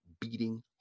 beating